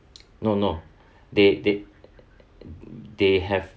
no no they they they have